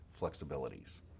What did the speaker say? flexibilities